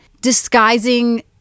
disguising